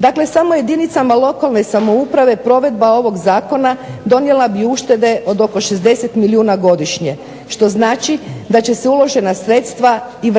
Dakle, samo jedinicama lokalne samouprave provedba ovog zakona donijela bi uštede od oko 60 milijuna godišnje što znači da će se uložena sredstva i vratiti.